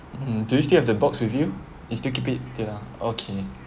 hmm do you still have the box with you you still keep it it lah okay